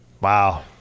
wow